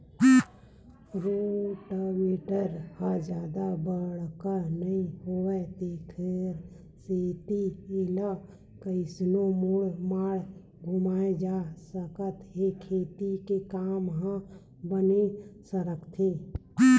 rotavator ह जादा बड़का नइ होवय तेखर सेती एला कइसनो मोड़ म घुमाए जा सकत हे खेती के काम ह बने सरकथे